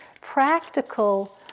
practical